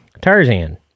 Tarzan